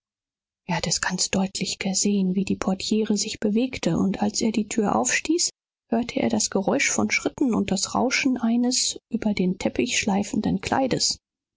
er hatte es ganz deutlich gesehen wie die portiere sich bewegte und als er die tür aufstieß hörte er das geräusch von schritten und das rauschen eines über den teppich schleifenden kleides